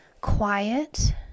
quiet